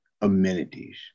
amenities